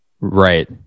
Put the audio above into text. Right